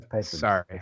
Sorry